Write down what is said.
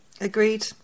Agreed